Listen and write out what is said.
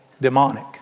demonic